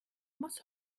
muss